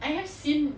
I have seen